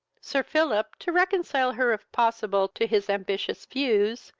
sir phillip, to reconcile her, if possible, to his ambitious views,